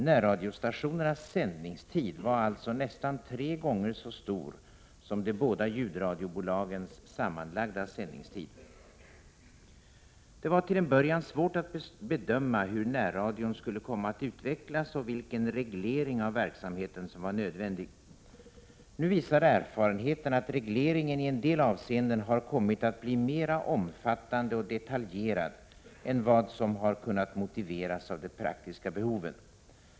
Närradiostationernas sändningstid var alltså nästan tre gånger så stor som de båda ljudradiobolagens sammanlagda sändningstid. Det var till en början svårt att bedöma hur närradion skulle komma att utvecklas och vilken reglering av verksamheten som var nödvändig. Nu visar erfarenheterna att regleringen i en del avseenden har kommit att bli mera omfattande och detaljerad än vad som har kunnat motiveras av de praktiska behoven.